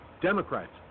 Democrats